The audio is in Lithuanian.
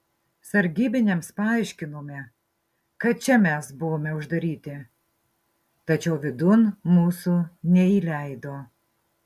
sargybiniams paaiškinome kad čia mes buvome uždaryti tačiau vidun mūsų neįleido